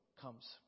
comes